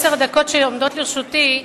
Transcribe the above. בעשר הדקות שעומדות לרשותי,